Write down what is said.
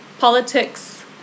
politics